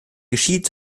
geschieht